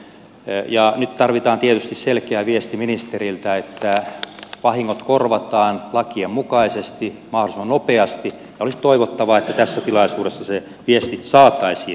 nyt tarvitaan tietysti selkeä viesti ministeriltä että vahingot korvataan lakien mukaisesti mahdollisimman nopeasti ja olisi toivottavaa että tässä tilaisuudessa se viesti saataisiin